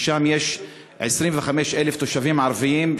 שם יש 25,000 תושבים ערבים,